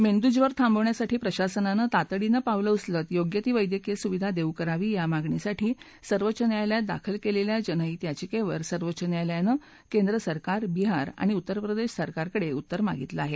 मेंदूज्वर थांबवण्यासाठी प्रशासनानं तातडीनं पावलं उचलत योग्य ती वैद्यकीय सुविधा देऊ करावी या मागणीसाठी सर्वोच्च न्यायालयात दाखल केलेल्या जनहित याचिकेवर सर्वोच्च न्यायालयानं केंद्र सरकार बिहार अणि उत्तर प्रदेश सरकारकडे उत्तर मागितलं आहे